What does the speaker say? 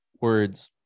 words